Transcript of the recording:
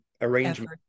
arrangement